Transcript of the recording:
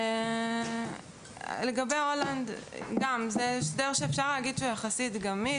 בהולנד ההסדר הוא יחסית גמיש.